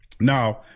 Now